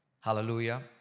Hallelujah